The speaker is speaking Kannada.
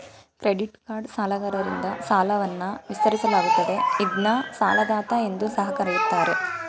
ಕ್ರೆಡಿಟ್ಕಾರ್ಡ್ ಸಾಲಗಾರರಿಂದ ಸಾಲವನ್ನ ವಿಸ್ತರಿಸಲಾಗುತ್ತದೆ ಇದ್ನ ಸಾಲದಾತ ಎಂದು ಸಹ ಕರೆಯುತ್ತಾರೆ